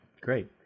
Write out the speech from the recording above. great